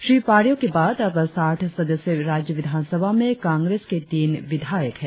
श्री पारियो के बाद अब साठ सदस्य राज्य विधानसभा में कांग्रेस के तीन विधायक है